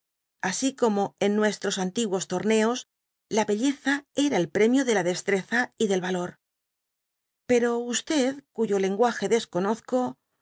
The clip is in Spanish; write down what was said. así como en nuestros antiguos torneos la belleza era el premio de la destreza y del valor pero cuyo lenguage desconozco